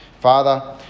Father